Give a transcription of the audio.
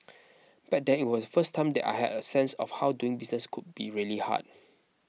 back then was the first time that I had a sense of how doing business could be really hard